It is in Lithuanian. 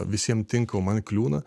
visiem tinka o man kliūna